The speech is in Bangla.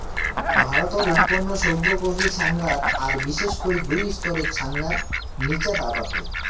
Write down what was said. ভারতত উৎপন্ন সৌগ কফি ছ্যাঙাত আর বিশেষ করি দুই স্তরের ছ্যাঙার নীচাত আবাদ হই